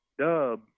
Dub